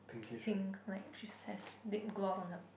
pink like she says lip gross on her